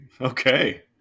Okay